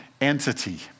entity